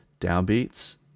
Downbeats